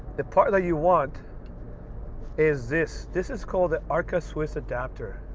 the part that you want is this. this is called the arca swiss adapter.